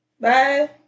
Bye